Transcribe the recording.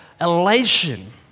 elation